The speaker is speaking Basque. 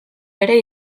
ere